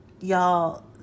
Y'all